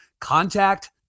Contact